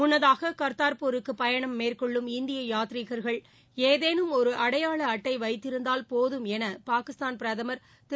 முன்னதாக கா்தாா்பூருக்கு பயணம் மேற்கொள்ளும் இந்திய யாதீர்கா்கள் ஏதேனும் ஒரு அடையாள அட்டை வைத்திருந்தால் போதும் என பாகிஸ்தான் பிரதமர் திரு